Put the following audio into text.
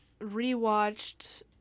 rewatched